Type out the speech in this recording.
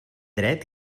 dret